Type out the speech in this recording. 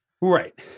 Right